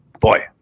boy